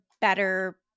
better